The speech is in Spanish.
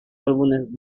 álbumes